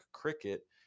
Cricket